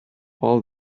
all